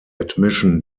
admission